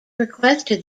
requested